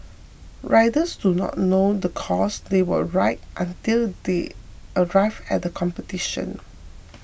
riders do not know the course they will ride until they arrive at competition